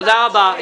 תודה רבה.